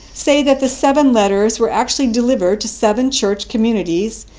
say that the seven letters were actually delivered to seven church communities,